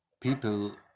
people